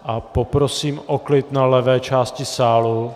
A poprosím o klid na levé části sálu.